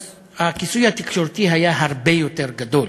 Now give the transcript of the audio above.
אז הכיסוי התקשורתי היה הרבה יותר גדול.